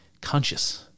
conscious